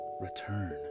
return